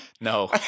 No